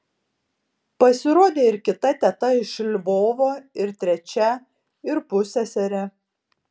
pasirodė ir kita teta iš lvovo ir trečia ir pusseserė